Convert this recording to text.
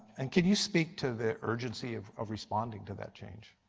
and can you speak to the urgency of of responding to that change?